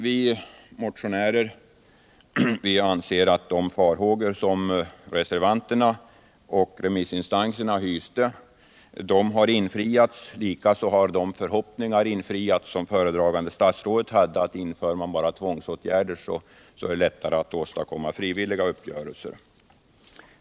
Vi motionärer anser att de farhågor som reservanterna och remissinstanserna hyste har infriats. Likaså har de förhoppningar infriats som föredragande statsrådet hade, att inför man tvångsåtgärder i är det lättare att åstadkomma s.k. frivilliga uppgörelser.